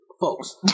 folks